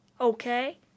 okay